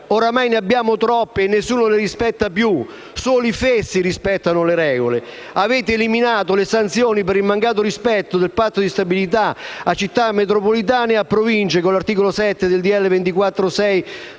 oramai ne abbiamo troppe e nessuno le rispetta più; solo i fessi rispettano le regole. Avete eliminato le sanzioni per il mancato rispetto del Patto di stabilità a Città metropolitane e Province (con l'articolo 7 del